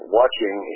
watching